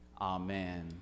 Amen